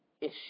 issue